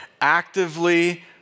actively